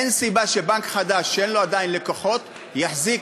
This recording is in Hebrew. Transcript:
אין סיבה שבנק חדש שאין לו עדיין לקוחות יחזיק,